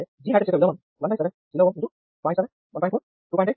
మరొకసారి మునుపటి ప్రశ్న ను పరిశీలిస్తే G మ్యాట్రిక్స్ యొక్క విలోమం 17 k x 0